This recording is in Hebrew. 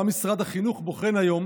גם משרד החינוך בוחן היום